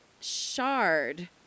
shard